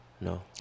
No